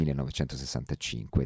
1965